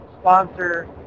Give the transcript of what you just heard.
sponsor